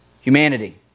Humanity